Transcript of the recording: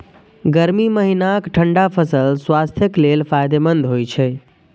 गर्मी महीनाक ठंढा फल स्वास्थ्यक लेल फायदेमंद होइ छै